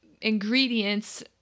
ingredients